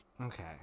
Okay